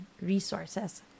resources